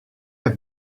have